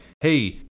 hey